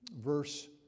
verse